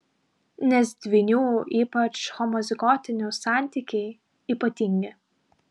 nes dvynių ypač homozigotinių santykiai ypatingi